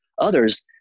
Others